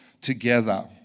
together